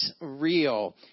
real